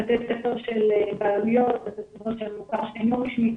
בתי ספר של מוכר שאינו רשמי.